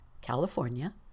California